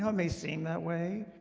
um may seem that way,